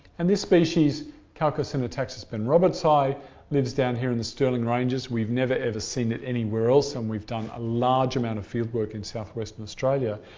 and this species calcarsynotaxus benrobertsi lives down here in the stirling ranges. we've never, ever seen it anywhere else and we've done a large amount of field work in south-western australia.